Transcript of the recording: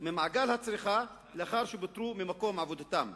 ממעגל הצריכה לאחר שפוטרו ממקום עבודתם.